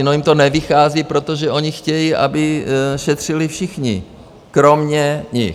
No, jim to nevychází, protože oni chtějí, aby šetřili všichni kromě nich.